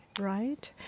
right